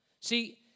See